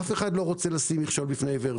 אף אחד לא רוצה לשים מכשול בפני עיוור.